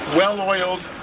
well-oiled